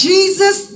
Jesus